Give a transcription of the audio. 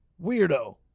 weirdo